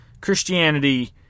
Christianity